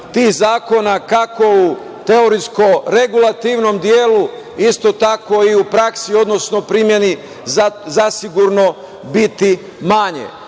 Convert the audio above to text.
tih zakona, kako u teorijsko regulativnom delu, isto tako i u praksi, odnosno u primeni sigurno biti